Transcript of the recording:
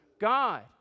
God